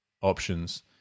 options